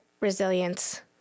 resilience